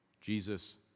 Jesus